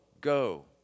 go